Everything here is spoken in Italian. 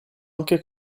anche